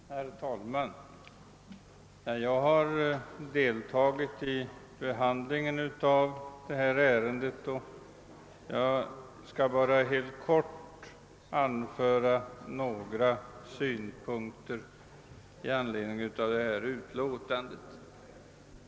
Herr talman! Sedan jag deltagit i behandlingen av detta ärende vill jag nu bara helt kort anföra några synpunkter på det i anledning av detta utlåtande.